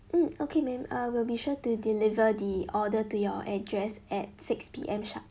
mm okay madam uh we'll be sure to deliver the order to your address at six P_M sharp